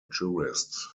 jurists